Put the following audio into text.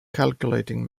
calculating